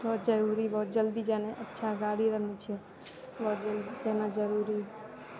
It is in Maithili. बहुत जरूरी बहुत जल्दी जाना अच्छा गाड़िओ नहि छै बहुत जल्दी जाना जरूरी